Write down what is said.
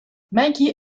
mickey